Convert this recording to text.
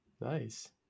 Nice